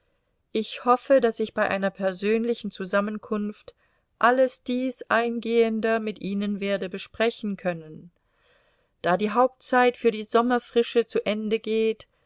ich hoffe daß ich bei einer persönlichen zusammenkunft alles dies eingehender mit ihnen werde besprechen können da die hauptzeit für die sommerfrische zu ende geht